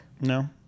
No